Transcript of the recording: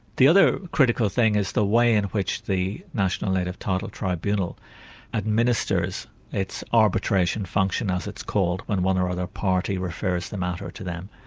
the other critical thing is the way in which the national native title tribunal administers its arbitration function as it's called, when one or other party refers the matter to them.